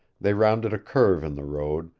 they rounded a curve in the road,